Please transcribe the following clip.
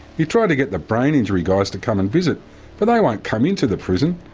you try to get the brain injury guys to come and visit but they won't come into the prison.